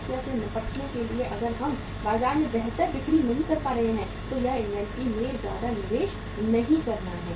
समस्या से निपटने के लिए अगर हम बाजार में बेहतर बिक्री नहीं कर पा रहे हैं तो यह इन्वेंट्री में ज्यादा निवेश नहीं करना है